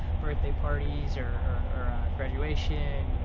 birthday parties or or graduation, you know